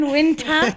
Winter